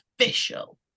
official